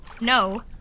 No